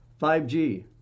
5G